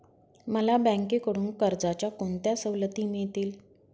मला बँकेकडून कर्जाच्या कोणत्या सवलती मिळतील?